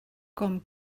com